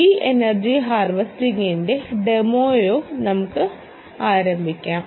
ഈ എനർജി ഹാർവെസ്റ്ററിന്റെ ഡെമോയോടെ നമുക്ക് ആരംഭിക്കാം